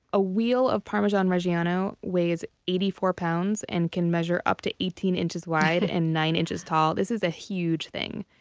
a wheel of parmigiano-reggiano weighs eighty four pounds and can measure up to eighteen inches wide and nine inches tall. this is a huge thing.